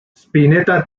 spinetta